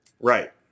right